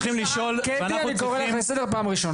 קטי, אני קורא לך לסדר פעם ראשונה.